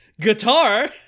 guitar